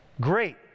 great